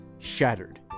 Shattered